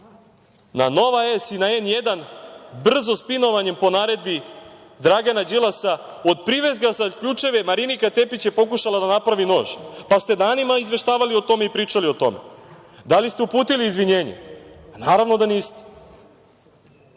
na Nova S i N1, brzo spinovanje po naredbi Dragana Đilasa, od priveska za ključeve Marinika Tepić je pokušala da napravi nož. Danima ste izveštavali o tome i pričali o tome. Da li ste uputili izvinjenje? Naravno, da niste.